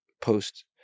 post